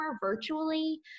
virtually